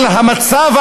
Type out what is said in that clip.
על המצב,